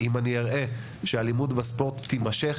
אם אני אראה שהאלימות בספורט תימשך,